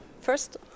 First